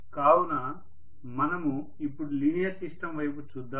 కావున మనము ఇప్పుడు లీనియర్ సిస్టం వైపు చూద్దాము